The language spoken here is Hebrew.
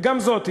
וגם זאת,